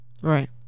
Right